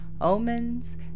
omens